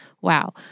wow